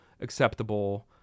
acceptable